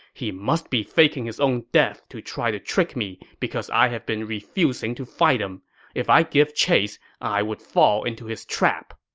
he must be faking his own death to try to trick me because i have been refusing to fight. if i give chase, i would fall into his trap.